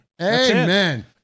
Amen